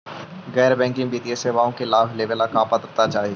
गैर बैंकिंग वित्तीय सेवाओं के लाभ लेवेला का पात्रता चाही?